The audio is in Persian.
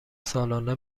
سالانه